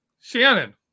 Shannon